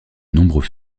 nombreux